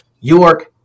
York